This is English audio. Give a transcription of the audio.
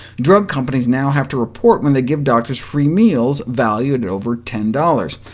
drug companies now have to report when they give doctors free meals valued at over ten dollars.